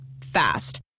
Fast